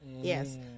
Yes